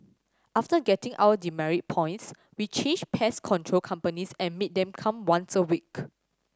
after getting our demerit points we changed pest control companies and made them come once a week